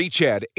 Chad